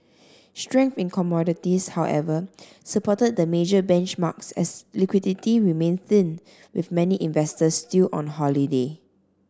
strength in commodities however supported the major benchmarks as liquidity remained thin with many investors still on holiday